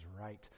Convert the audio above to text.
right